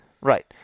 Right